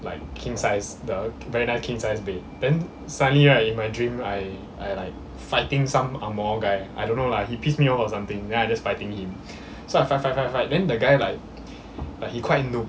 like king size the very nice king size bed then suddenly right in my dream I I like fighting some ang moh guy I don't know lah he piss me off or something then I just fighting him so I fight fight fight fight then the guy like uh he quite noob